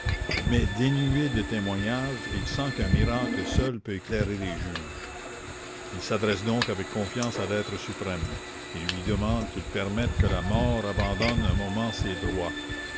mais dénué de témoignage il sent qu'un miracle seul peut éclairer les juges il s'adresse donc avec confiance à l'être suprême et lui demande qu'il permette que la mort abandonne un moment ses droits